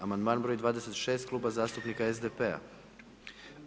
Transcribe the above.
Amandman broj 26 Kluba zastupnika SDP-a.